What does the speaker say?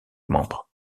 membres